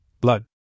Blood